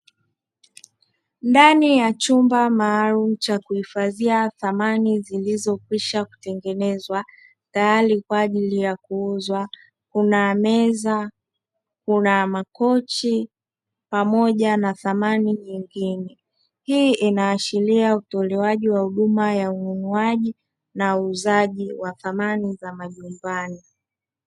Ndani ya chumba maalumu cha kuhifadhia samani zilizokwisha kutengenezwa tayari kwa ajili ya kuuzwa kuna meza, kuna makochi pamoja na thamani zingine. Hii inaashiria utolewaji wa huduma ya ununuaji na uuzaji wa samani za majumbani.